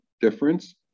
difference